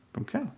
Okay